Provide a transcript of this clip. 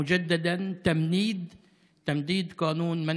ממשלת ישראל החדשה,